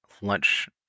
lunch